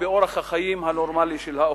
באורח החיים הנורמלי של האוכלוסייה.